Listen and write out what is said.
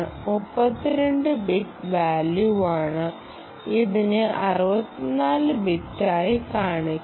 32 bit value ആണ് ഇതിനെ 64 ബിറ്റായി കാണിക്കണം